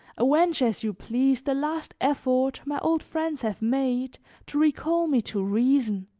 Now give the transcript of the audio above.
avenge as you please the last effort my old friends have made to recall me to reason,